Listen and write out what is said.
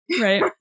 Right